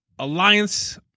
Alliance